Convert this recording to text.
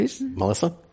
Melissa